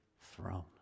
throne